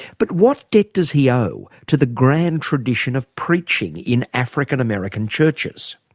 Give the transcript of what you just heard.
but what debt does he owe to the grand tradition of preaching in african american churches?